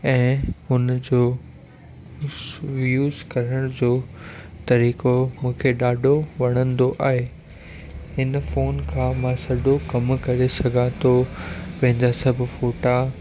ऐं हुन जो सि यूस करण जो तरीक़ो मूंखे ॾाढो वणंदो आहे हिन फ़ोन खां मां सॼो कमु करे सघां थो पंहिंजा सभु फ़ोटा